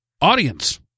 audience